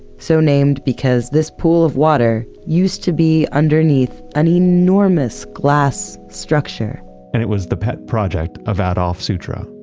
so named because this pool of water used to be underneath an enormous glass structure and it was the pet project of adolf sutro.